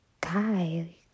guy